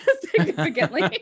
significantly